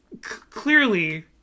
clearly